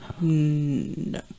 No